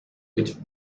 with